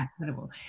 incredible